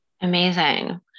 Amazing